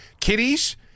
kitties